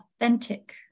authentic